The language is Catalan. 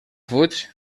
fuig